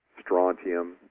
strontium